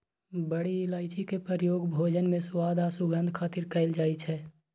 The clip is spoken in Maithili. बड़ी इलायची के प्रयोग भोजन मे स्वाद आ सुगंध खातिर कैल जाइ छै